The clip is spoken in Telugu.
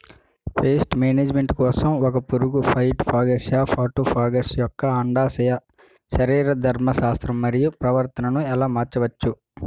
పేస్ట్ మేనేజ్మెంట్ కోసం ఒక పురుగు ఫైటోఫాగస్హె మటోఫాగస్ యెక్క అండాశయ శరీరధర్మ శాస్త్రం మరియు ప్రవర్తనను ఎలా మార్చచ్చు?